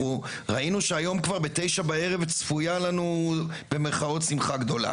אנחנו ראינו שהיום כבר בתשע בערב צפויה לנו "שמחה גדולה".